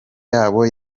yabo